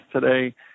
today